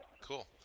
Cool